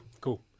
Cool